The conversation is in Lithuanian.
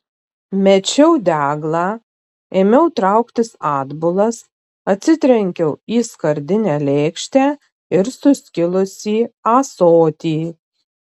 mečiau deglą ėmiau trauktis atbulas atsitrenkiau į skardinę lėkštę ir suskilusį ąsotį